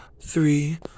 three